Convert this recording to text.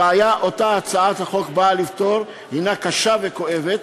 הבעיה שהצעת החוק באה לפתור היא קשה וכואבת.